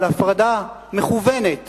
אבל הפרדה מכוונת